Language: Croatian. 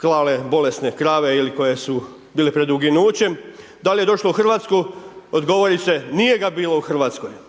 klale bolesne krave ili koje su bile pred uginućem, da li je došlo u Hrvatsku, odgovori se nije ga bilo u Hrvatskoj.